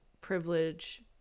privilege